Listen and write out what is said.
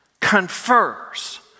confers